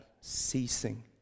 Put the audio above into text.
ceasing